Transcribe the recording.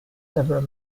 several